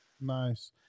Nice